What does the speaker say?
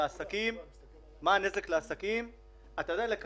אתה יודע מה הנזק לעסקים,